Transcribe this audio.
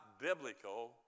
biblical